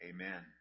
Amen